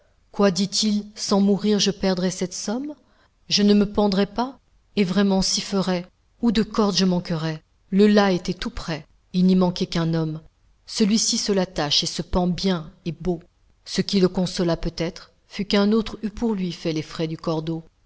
quoi dit-il sans mourir je perdrai cette somme je ne me pendrai pas et vraiment si ferai ou de corde je manquerai le lacs était tout prêt il n'y manquait qu'un homme celui-ci se l'attache et se pend bien et beau ce qui le consola peut-être fut qu'un autre eût pour lui fait les frais du cordeau